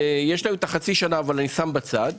ויש להם את חצי השנה, אבל אני שם את זה בצד.